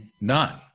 none